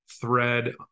thread